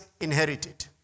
inherited